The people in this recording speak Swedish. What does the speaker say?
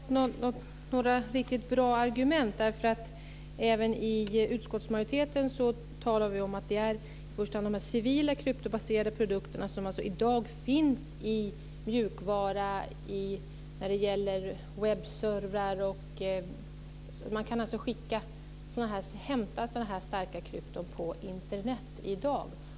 Fru talman! Jag tycker fortfarande att jag inte har fått höra några riktigt bra argument, därför att även från utskottsmajoritetens sida talar vi i första hand om de civila kryptobaserade produkterna, som alltså i dag finns i mjukvara och webbservrar. Man kan alltså skicka sådana här starka krypton via Internet i dag.